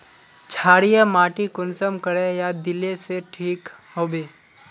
क्षारीय माटी कुंसम करे या दिले से ठीक हैबे?